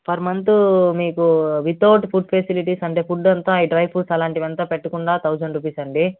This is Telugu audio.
పర్ మంత్ మీకు విత్అవుట్ ఫుడ్ ఫెసిలిటీస్ అంటే ఫుడ్ అంతా డ్రై ఫ్రూట్స్ అలాంటివి అంతా పెట్టకుండా థౌజండ్ రూపీస్ అండి